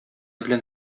белән